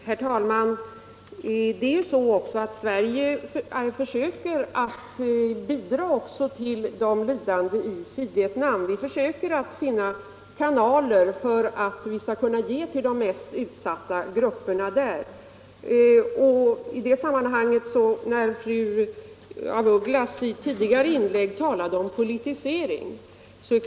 Herr talman! Sverige försöker också ge bidrag till de lidande i Saigonområdena, och vi letar efter kanaler för bistånd till de mest utsatta grupperna där. Fru af Ugglas talade i ett tidigare inlägg om politisering.